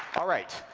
all right,